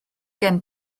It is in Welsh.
gen